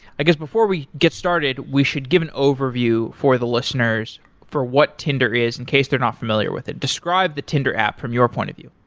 i guess before we get started we should give an overview for the listeners for what tinder is in case they're not familiar with it. describe the tinder app from your point of view.